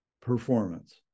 performance